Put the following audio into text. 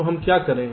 तो हम क्या करें